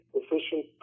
efficient